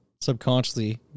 Subconsciously